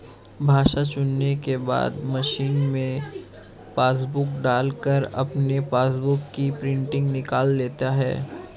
भाषा चुनने के बाद मशीन में पासबुक डालकर अपने पासबुक की प्रिंटिंग निकाल लेता है